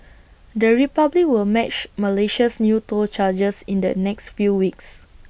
the republic will match Malaysia's new toll charges in the next few weeks